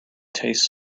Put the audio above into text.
taste